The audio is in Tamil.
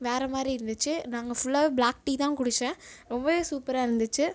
வேறு மாதிரி இருந்துச்சு நான் அங்கே ஃபுல்லாகவே ப்ளாக் டீ தான் குடித்தேன் ரொம்பவே சூப்பராக இருந்துச்சு